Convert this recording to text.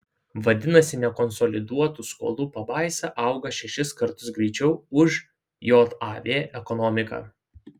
vadinasi nekonsoliduotų skolų pabaisa auga šešis kartus greičiau už jav ekonomiką